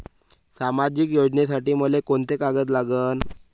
सामाजिक योजनेसाठी मले कोंते कागद लागन?